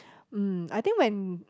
mm I think when